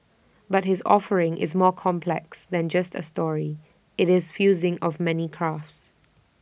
but his offering is more complex than just A story IT is fusing of many crafts